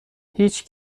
هیچ